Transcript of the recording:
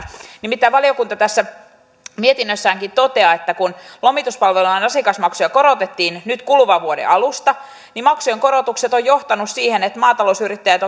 nimittäin valiokunta tässä mietinnössäänkin toteaa että kun lomituspalvelujen asiakasmaksuja korotettiin nyt kuluvan vuoden alusta niin maksujen korotukset ovat johtaneet siihen että maatalousyrittäjät